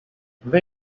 they